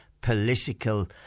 political